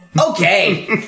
Okay